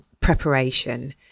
preparation